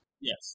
Yes